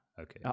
Okay